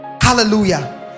Hallelujah